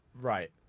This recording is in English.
Right